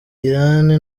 irani